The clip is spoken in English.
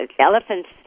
elephants